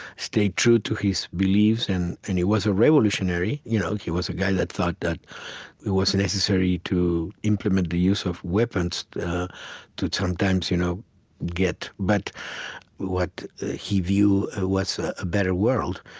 stayed true to his beliefs. and and he was a revolutionary. you know he was a guy that thought that it was necessary to implement the use of weapons to sometimes you know get but what he viewed ah was a better world.